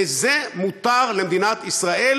לזה מותר למדינת ישראל